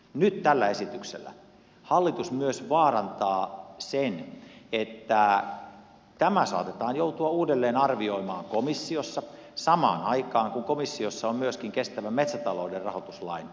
nyt tällä esityksellä hallitus vaarantaa myös sen että tämä saatetaan joutua uudelleen arvioimaan komissiossa samaan aikaan kun komissiossa on myöskin kestävän metsätalouden rahoituslain hyväksyntä menossa